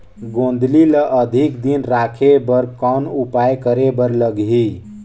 गोंदली ल अधिक दिन राखे बर कौन उपाय करे बर लगही?